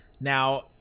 Now